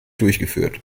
durchgeführt